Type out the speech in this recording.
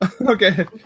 okay